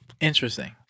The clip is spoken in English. Interesting